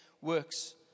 works